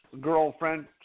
girlfriend